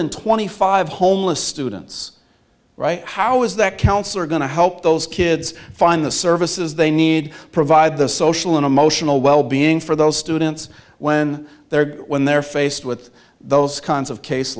twenty five homeless students right how is that counselor going to help those kids find the services they need provide the social and emotional wellbeing for those students when they're when they're faced with those kinds of case